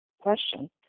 question